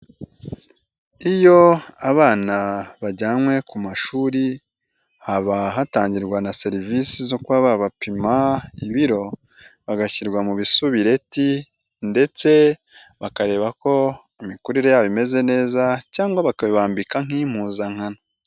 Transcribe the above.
Iyo abana bajyanywe ku mashuri, haba hatangirwa na serivisi zo kuba babapima ibiro, bagashyirwa mu bisubireti ndetse bakareba ko imikurire yabo imeze neza, cyangwa bakabibambika nk'impuzankano.